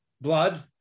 blood